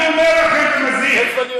אני אומר לכם ומזהיר.